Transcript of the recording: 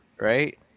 right